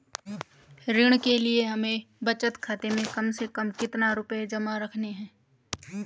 ऋण के लिए हमें बचत खाते में कम से कम कितना रुपये जमा रखने हैं?